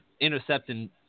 intercepting